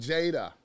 Jada